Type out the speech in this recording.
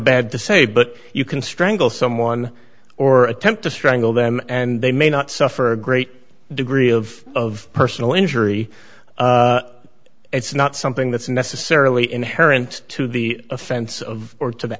bad to say but you can strangle someone or attempt to strangle them and they may not suffer a great degree of of personal injury it's not something that's necessarily inherent to the offense of or to the